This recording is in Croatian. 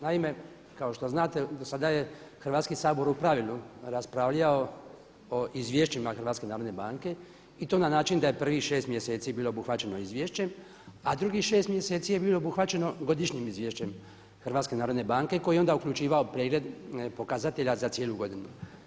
Naime, kao što znate dosada je Hrvatski sabor u pravilu raspravljao o izvješćima HNB-a i to na način da je prvih 6 mjeseci bilo obuhvaćeno izvješćem a drugih 6 mjeseci je bilo obuhvaćeno Godišnjim izvješćem HNB-a koje je onda uključivalo pregled pokazatelja za cijelu godinu.